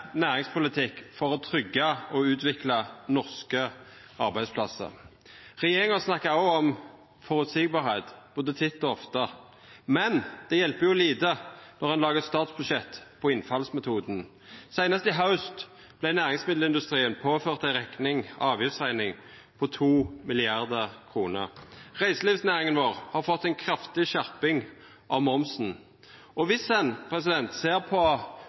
næringspolitikk og ein næringspolitikk for å tryggja og utvikla norske arbeidsplassar. Regjeringa snakkar både titt og ofte om å vera føreseieleg, men det hjelper lite når ein lagar statsbudsjett etter innfallsmetoden. Seinast i haust vart næringsmiddelindustrien påført ei avgiftsrekning på 2 mrd. kr. Reiselivsnæringa vår har fått ei kraftig skjerping av momsen. Og viss ein ser på